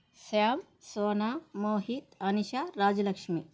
Shyam Sona Mohit Anusha Rajyalakshmi